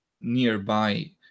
nearby